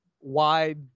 wide